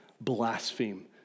blaspheme